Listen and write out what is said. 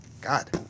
God